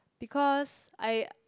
because I